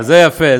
זה יפה.